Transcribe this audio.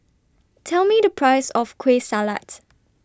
Tell Me The Price of Kueh Salat